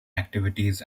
activities